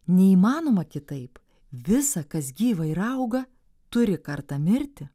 neįmanoma kitaip visa kas gyva ir auga turi kartą mirti